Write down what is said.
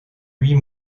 huit